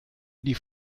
die